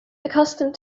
accustomed